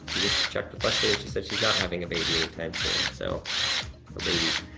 we just checked with leslie and she said she's not having a baby anytime soon, so, no babies.